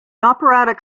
operatic